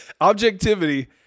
Objectivity